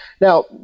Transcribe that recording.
Now